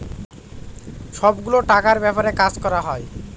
সব গুলো টাকার ব্যাপারে কাজ করা হয়